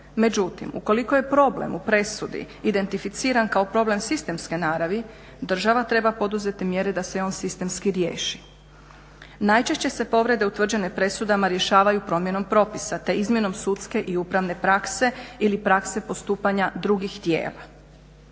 Međutim, ukoliko je problem u presudi identificiran kao problem sistemske naravi, država treba poduzeti mjere da se i on sistemski riješi. Najčešće se povrede utvrđene presudama rješavaju promjenom propisa te izmjenom sudske i upravne prakse ili prakse postupanja drugih tijela.